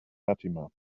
fatima